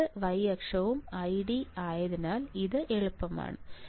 രണ്ട് y അക്ഷവും ID ആയതിനാൽ ഇത് എളുപ്പമാണ്